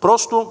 просто